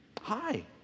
Hi